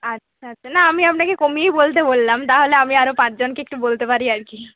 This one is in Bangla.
আচ্ছা আচ্ছা না আমি আপনাকে কমিয়েই বলতে বললাম তাহলে আমি আরও পাঁচজনকে একটু বলতে পারি আর কি